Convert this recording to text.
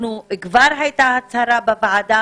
כבר הייתה הצהרה בוועדה